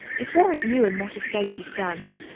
if warwicke knew in what estate he stands,